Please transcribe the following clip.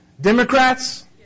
Democrats